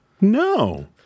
No